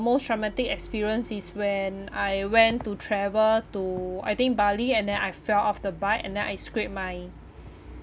most traumatic experience is when I went to travel to I think bali and then I fell off the bike and then I scraped my